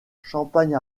champagne